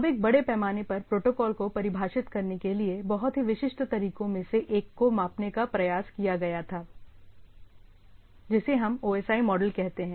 अब एक बड़े पैमाने पर प्रोटोकॉल को परिभाषित करने के लिए बहुत ही विशिष्ट तरीकों में से एक को मापने का प्रयास किया गया था जिसे हम OSI मॉडल कहते हैं